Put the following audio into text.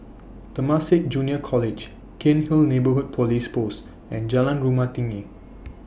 Temasek Junior College Cairnhill Neighbourhood Police Post and Jalan Rumah Tinggi